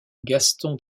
gaston